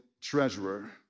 treasurer